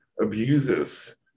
abuses